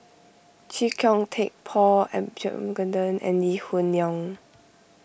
Chee Kong Tet Paul Abisheganaden and Lee Hoon Leong